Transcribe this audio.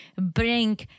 bring